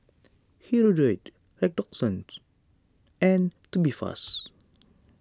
Hirudoid Redoxon and Tubifast